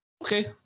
Okay